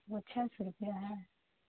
پچاس روپیہ ہے